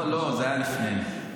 זה היה הקמפיין ב-2013.